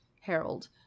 Harold